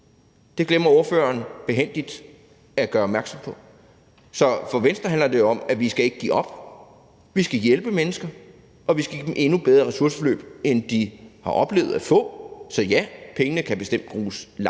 Det glemmer ordføreren behændigt at gøre opmærksom på. Så for Venstre handler det jo om, at vi ikke skal give op. Vi skal hjælpe mennesker, og vi skal give dem endnu bedre ressourceforløb, end de har oplevet at få. Så ja, pengene kan bestemt bruges langt